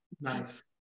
nice